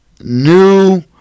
new